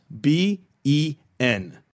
B-E-N